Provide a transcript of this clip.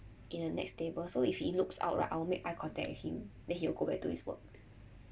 in the next table so if he looks out right I'll make eye contact with him then he will go back do his work